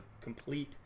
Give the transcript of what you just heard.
complete